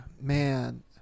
man